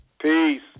Peace